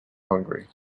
hungry